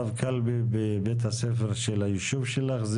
בבית הספר של היישוב שלך.